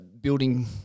building